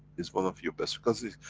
is one of your best. because is,